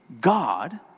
God